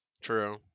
True